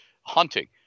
Hunting